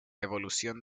evolución